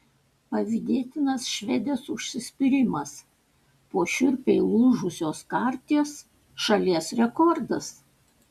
pavydėtinas švedės užsispyrimas po šiurpiai lūžusios karties šalies rekordas